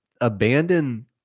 abandon